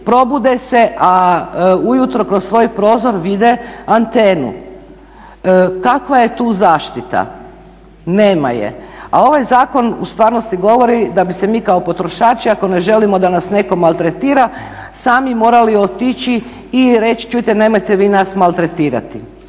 probude se, a ujutro kroz svoj prozor vide antenu. Kakva je tu zaštita? Nema je, a ovaj zakon govori da bi se mi kao potrošači ako ne želimo da nas netko maltretira sami morali otići i reći čujte nemojte vi nas maltretirati.